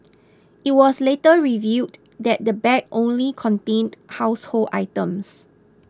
it was later revealed that the bag only contained household items